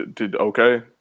Okay